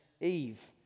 Eve